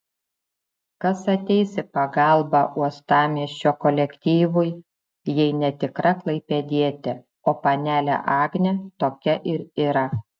kas ateis į pagalbą uostamiesčio kolektyvui jei ne tikra klaipėdietė o panelė agnė tokia ir yra